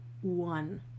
one